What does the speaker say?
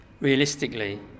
Realistically